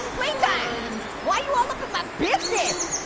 ah playtime. why you all up in my business?